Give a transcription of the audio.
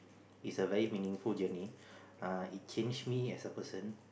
is a very meaningful journey uh it changed me as a person